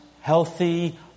healthy